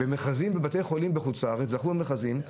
במכרזים בבתי חולים בחוץ לארץ זכו במכרזים,